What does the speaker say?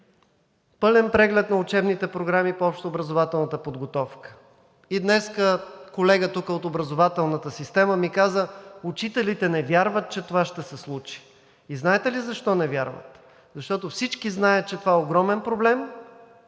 Пълен преглед на учебните програми по общообразователната подготовка. И днес тук колега от образователната система ми каза: „Учителите не вярват, че това ще се случи.“ Знаете ли защо не вярват? Защото всички знаят, че това е огромен проблем,